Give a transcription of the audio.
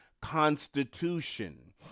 constitution